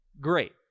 great